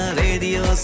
radio